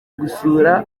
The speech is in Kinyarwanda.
gusura